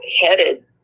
headed